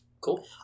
cool